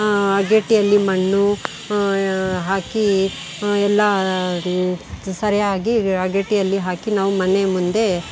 ಅಗೇಡಿಯಲ್ಲಿ ಮಣ್ಣು ಹಾಕಿ ಎಲ್ಲ ಸರಿಯಾಗಿ ಅಗೇಡಿಯಲ್ಲಿ ಹಾಕಿ ನಾವು ಮನೆ ಮುಂದೆ